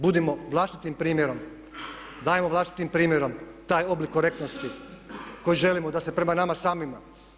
Budimo vlastitim primjerom, dajmo vlastitim primjerom taj oblik korektnosti koji želimo da se prema nama samima manifestira.